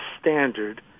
standard